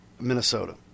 Minnesota